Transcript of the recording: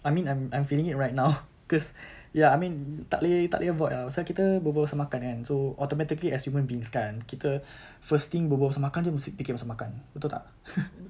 I mean I'm I'm feeling it right now cause ya I mean tak boleh tak boleh avoid lah pasal kita berbual pasal makan kan so automatically as human beings kan kita first thing berbual pasal makan jer mesti fikir pasal makan betul tak